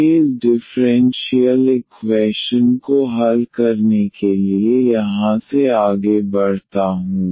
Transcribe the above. मैं इस differential equation को हल करने के लिए यहां से आगे बढ़ता हूं